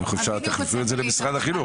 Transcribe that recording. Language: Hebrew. תפנו את זה למשרד החינוך.